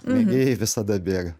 mėgėjai visada bėga